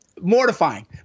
mortifying